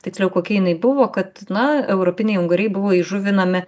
tiksliau kokia jinai buvo kad na europiniai unguriai buvo įžuvinami